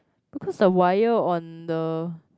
because the wire on the